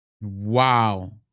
Wow